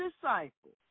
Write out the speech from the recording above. disciples